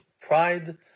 pride